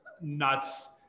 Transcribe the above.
nuts